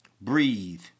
breathe